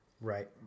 Right